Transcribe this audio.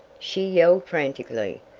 she yelled frantically,